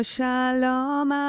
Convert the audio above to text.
Shalom